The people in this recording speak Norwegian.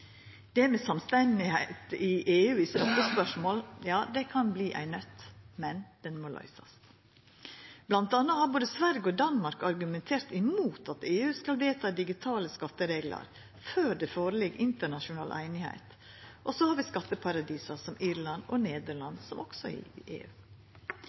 i EU i slike spørsmål kan verta ei nøtt, men ho må løysast. Mellom anna har både Sverige og Danmark argumentert mot at EU skal vedta digitale skattereglar før det ligg føre internasjonal einigheit. Og så har vi skatteparadis som Irland og Nederland, som også er med i EU.